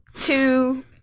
Two